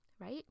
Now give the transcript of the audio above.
right